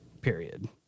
period